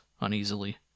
uneasily